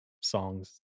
songs